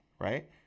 right